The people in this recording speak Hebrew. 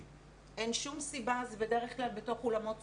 אין שום סיבה, זה בדרך כלל בתוך אולמות סגורים,